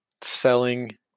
selling